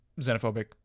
xenophobic